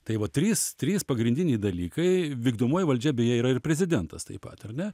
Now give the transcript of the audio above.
tai va trys trys pagrindiniai dalykai vykdomoji valdžia beje yra ir prezidentas taip pat ar ne